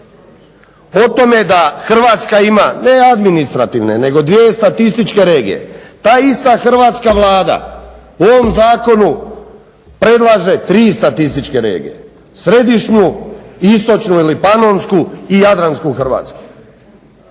o tome da hrvatska ima ne administrativne, nego dvije statističke regije. Ta ista hrvatska Vlada u ovom zakonu predlaže tri statističke regije – središnju, istočnu ili panonsku i jadransku Hrvatsku.